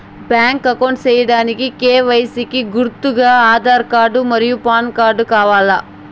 Bank account సేయడానికి KYC కి గుర్తుగా ఆధార్ కార్డ్ మరియు పాన్ కార్డ్ కావాలా?